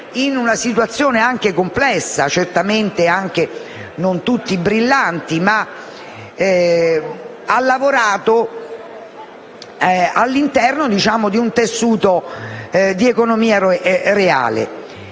in una situazione anche complessa, certamente di casi non tutti brillanti, ha lavorato all'interno di un tessuto di economia reale.